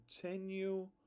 continue